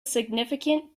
significant